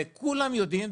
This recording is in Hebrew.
וכולם יודעים,